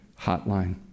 hotline